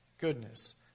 goodness